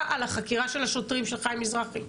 על החקירה של השוטרים שפגעו בחיים מזרחי.